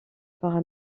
par